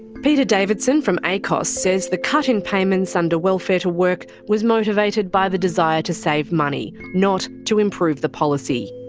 peter davidson from acoss says the cut in payments under welfare-to-work welfare-to-work was motivated by the desire to save money, not to improve the policy.